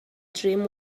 dream